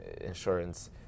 insurance